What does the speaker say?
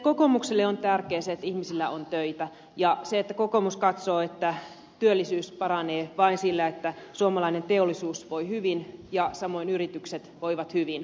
kokoomukselle on tärkeää se että ihmisillä on töitä ja kokoomus katsoo että työllisyys paranee vain sillä että suomalainen teollisuus voi hyvin ja samoin yritykset voivat hyvin